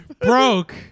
Broke